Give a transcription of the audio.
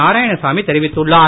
நாராயணசாமி தெரிவித்துள்ளார்